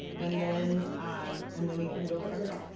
and then um and then we can go from there.